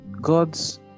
God's